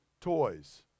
toys